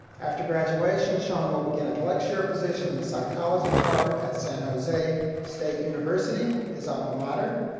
after graduation, sean will begin at lecture position in the psychology department at san jose state university, his alma mater,